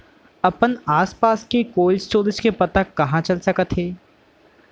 अपन आसपास के कोल्ड स्टोरेज के पता कहाँ चल सकत हे?